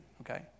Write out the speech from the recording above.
okay